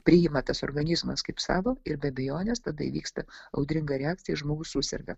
priima tas organizmas kaip savo ir be abejonės tada įvyksta audringa reakcija žmogus suserga